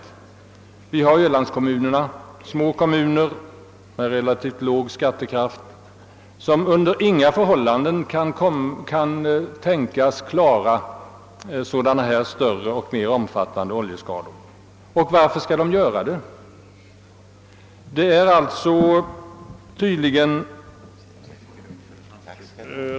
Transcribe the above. Vi har t.ex. ölandskommunerna, små kommuner med relativt låg skattekraft, som under inga förhållanden kan tänkas klara dylika mer omfattande oljeskador. Och varför skall de göra det?